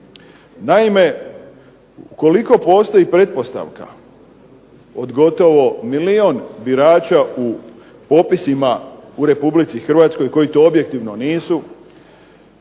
Naime, ukoliko postoji pretpostavka od gotovo milijun birača u popisima u Republici Hrvatskoj koji to objektivno nisu,